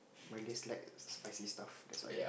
my lips like spicy stuff that's why